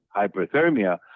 hyperthermia